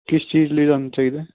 ਕਿਸ ਚੀਜ਼ ਲਈ ਤੁਹਾਨੂੰ ਚਾਹੀਦਾ